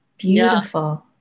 Beautiful